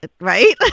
right